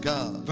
God